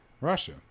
Russia